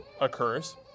occurs